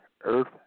earth